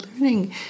learning